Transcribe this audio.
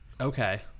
Okay